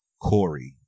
Corey